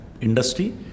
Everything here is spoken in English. industry